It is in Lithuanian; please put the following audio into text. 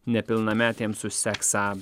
nepilnametėms už seksą